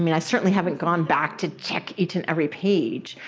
mean, i certainly haven't gone back to check each and every page.